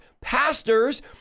pastors